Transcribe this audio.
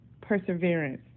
perseverance